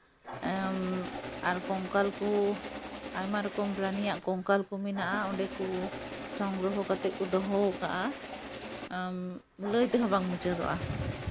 ᱟᱨ ᱠᱚᱝᱠᱟᱞ ᱠᱚ ᱟᱭᱢᱟ ᱨᱚᱠᱚᱢ ᱯᱨᱟᱱᱤᱭᱟᱜ ᱠᱚᱝᱠᱟᱞ ᱠᱚ ᱢᱮᱱᱟᱜᱼᱟ ᱚᱸᱰᱮ ᱠᱚ ᱥᱚᱝᱜᱨᱚᱦᱚ ᱠᱟᱛᱮᱫ ᱠᱚ ᱫᱚᱦᱚ ᱟᱠᱟᱫᱟ ᱞᱟᱹᱭ ᱛᱮᱦᱚᱸ ᱵᱟᱝ ᱢᱩᱪᱟᱹᱫᱚᱜᱼᱟ